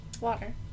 Water